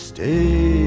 Stay